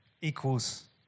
equals